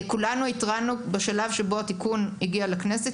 כולנו התרענו בשלב שבו התיקון הגיע לכנסת,